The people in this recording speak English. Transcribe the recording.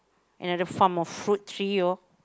another farm of fruit tree orh